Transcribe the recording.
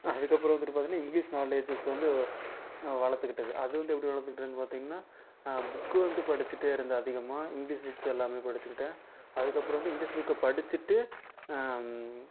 அதுக்கப்புறம் வந்துட்டு பார்த்தோம்னா இங்கிலிஷ் நாலேஜஸை வந்து நான் வளர்த்துக்கிட்டது அது வந்து எப்படி வளர்த்துக்கிட்டேனு பார்த்தீங்கன்னா புக்கு வந்து படித்துட்டே இருந்தேன் அதிகமாக இங்கிலிஷ் புக்ஸ் எல்லாமே படித்துக்கிட்டேன் அதுக்கப்புறம் வந்து இங்கிலிஷ் புக்கை படித்திட்டு